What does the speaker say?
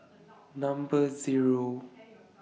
Number Zero